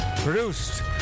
produced